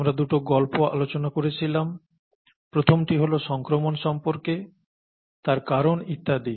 আমরা দুটো গল্প আলোচনা করেছিলাম প্রথমটি হল সংক্রমন সম্পর্কে তার কারণ ইত্যাদি